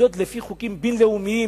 למדוד לפי חוקים בין-לאומיים,